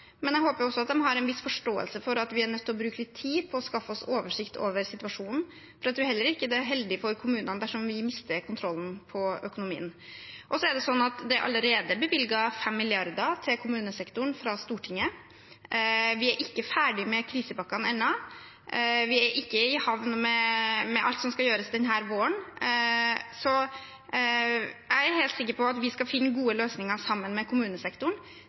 men jeg håper også at de har en viss forståelse for at vi er nødt til å bruke litt tid på å skaffe oss oversikt over situasjonen. For jeg tror heller ikke det er heldig for kommunene dersom vi mister kontrollen på økonomien. Det allerede er bevilget 5 mrd. kr til kommunesektoren fra Stortinget. Vi er ikke ferdig med krisepakkene ennå. Vi er ikke i havn med alt som skal gjøres denne våren. Jeg er helt sikker på at vi skal finne gode løsninger sammen med kommunesektoren.